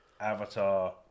Avatar